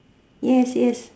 yes yes